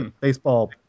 Baseball